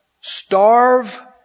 starve